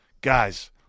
guys